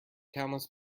countless